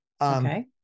Okay